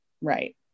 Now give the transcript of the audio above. Right